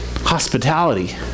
Hospitality